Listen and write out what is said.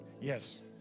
Yes